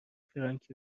فرانکی